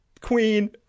queen